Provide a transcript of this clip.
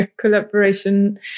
collaboration